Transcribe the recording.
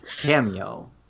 cameo